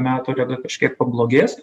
metų rega kažkiek pablogės